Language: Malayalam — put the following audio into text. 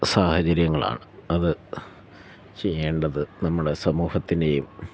സാഹചര്യങ്ങളാണ് അത് ചെയ്യേണ്ടത് നമ്മുടെ സമൂഹത്തിനെയും